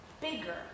bigger